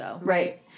Right